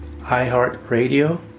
iHeartRadio